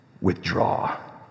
withdraw